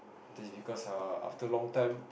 this because uh after long time